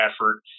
effort